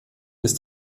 ist